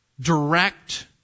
direct